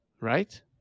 right